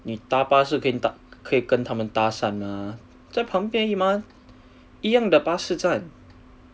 你搭巴士可以搭可以跟她们搭讪嘛